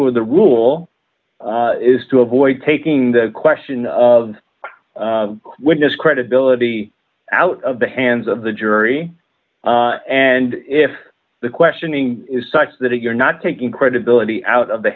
of the rule is to avoid taking the question of witness credibility out of the hands of the jury and if the questioning is such that you're not taking credibility out of the